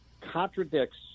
contradicts